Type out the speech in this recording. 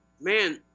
Man